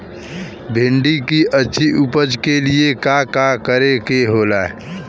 भिंडी की अच्छी उपज के लिए का का करे के होला?